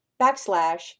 backslash